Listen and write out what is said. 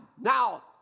Now